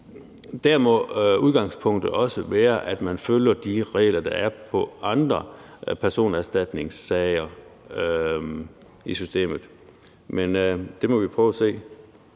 der må udgangspunktet også være, at man følger de regler, der er i andre personerstatningssager i systemet. Men det må vi prøve at se.